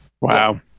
Wow